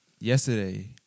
yesterday